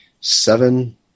seven